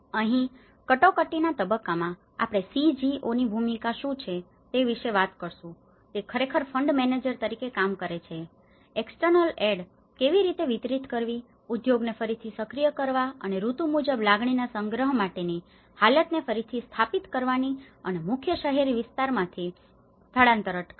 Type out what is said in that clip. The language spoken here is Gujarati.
અહીં કટોકટીના તબક્કામાં આપણે CGOની ભૂમિકા શું છે તે વિશે વાત કરીશું તે ખરેખર ફંડ મેનેજર તરીકે કામ કરે છે એક્સટર્નલ એડ external aid બાહ્ય સહાય કેવી રીતે વિતરિત કરવી ઉદ્યોગને ફરીથી સક્રિય કરવા અને ઋતુ મુજબ લણણીના સંગ્રહ માટેની હાલતને ફરીથી સ્થાપિત કરવાની અને મુખ્ય શહેરી વિસ્તારોમાંથી સ્થળાંતર અટકાવવું